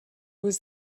was